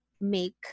make